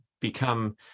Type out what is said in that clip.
become